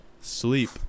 sleep